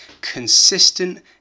consistent